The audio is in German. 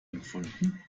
empfunden